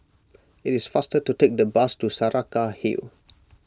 it is faster to take the bus to Saraca Hill